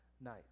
night